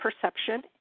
perception